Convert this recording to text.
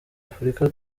afurika